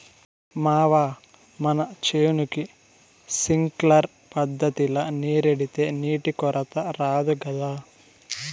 మావా మన చేనుకి సింక్లర్ పద్ధతిల నీరెడితే నీటి కొరత రాదు గదా